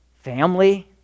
family